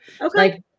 Okay